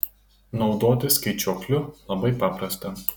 naudotis skaičiuokliu labai paprasta